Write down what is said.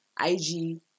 IG